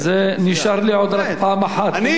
נשארה לי עוד רק פעם אחת.